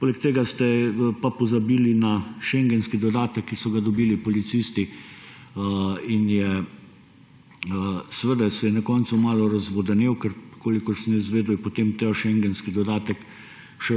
Poleg tega ste pa pozabili na šengenski dodatek, ki so ga dobili policisti in se je na koncu malo razvodenel, ker kolikor sem jaz izvedel, je potem ta šengenski dodatek